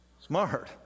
Smart